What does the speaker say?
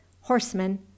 horsemen